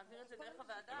בסדר.